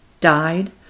died